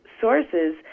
sources